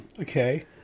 okay